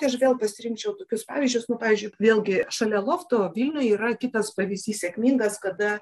tai aš vėl pasirinkčiau tokius pavyzdžius nu pavyzdžiui vėlgi šalia lofto vilniuj yra kitas pavyzdys sėkmingas kada